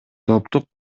топтук